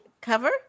cover